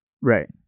Right